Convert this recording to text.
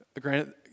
Granted